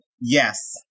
Yes